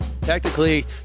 technically